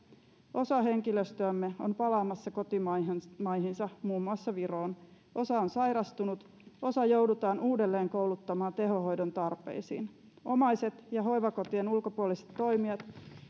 osa henkilöstöstämme on palaamassa kotimaihinsa muun muassa viroon osa on sairastunut osa joudutaan uudelleenkouluttamaan tehohoidon tarpeisiin omaiset ja hoivakotien ulkopuoliset toimijat